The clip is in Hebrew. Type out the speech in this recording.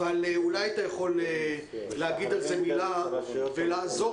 אבל אולי אתה יכול להגיד מילה ולעזור